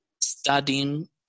studying